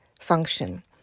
function